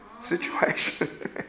situation